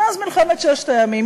מאז מלחמת ששת הימים,